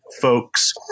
folks